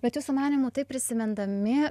bet jūsų manymu tai prisimindami